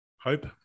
hope